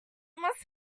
must